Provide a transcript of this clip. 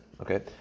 okay